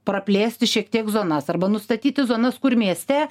praplėsti šiek tiek zonas arba nustatyti zonas kur mieste